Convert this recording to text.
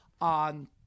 on